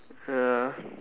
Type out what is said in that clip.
ya